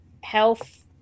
health